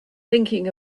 thinking